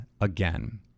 again